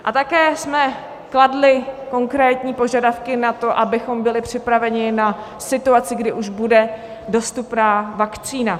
A také jsme kladli konkrétní požadavky na to, abychom byli připraveni na situaci, kdy už bude dostupná vakcína.